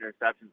interceptions